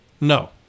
No